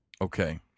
Okay